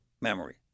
memory